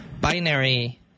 binary